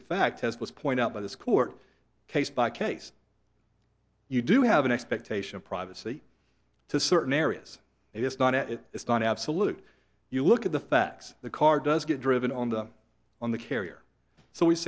fact as was point out by this court case by case you do have an expectation of privacy to certain areas and it's not it it's not absolute you look at the facts the car does get driven on them on the carrier so we